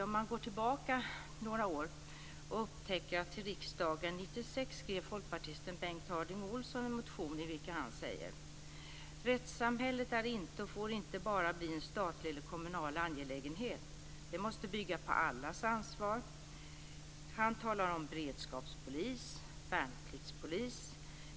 Om man går tillbaka några år upptäcker man att 1996 skrev folkpartisten Bengt Harding Olson en motion i vilken han säger: "Rättsamhället är inte och får inte heller bli bara en statlig eller kommunal angelägenhet. Det måste bygga på allas ansvar." Han talar om beredskapspolis och värnpliktspolis.